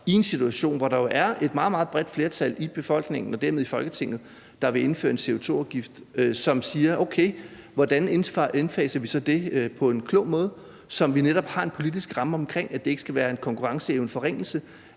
i en situation, hvor der jo er et meget, meget bredt flertal i befolkningen og dermed i Folketinget, der vil indføre en CO2-afgift, og som siger: Okay, hvordan indfaser vi det så på en klog måde, så vi netop har en politisk ramme omkring, at det ikke skal føre til en forringelse